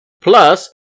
plus